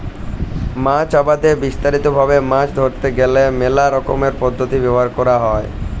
মাছ আবাদে বিস্তারিত ভাবে মাছ ধরতে গ্যালে মেলা রকমের পদ্ধতি ব্যবহার ক্যরা হ্যয়